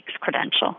credential